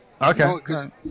Okay